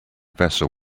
vessel